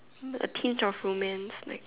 the tint of romance like